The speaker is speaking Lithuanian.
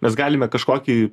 mes galime kažkokį